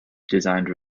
designed